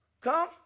come